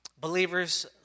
believers